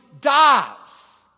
dies